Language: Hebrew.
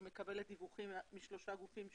כל שנה היא מקבלת דיווחים משלושה גופים שונים.